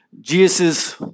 Jesus